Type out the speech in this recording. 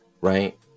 right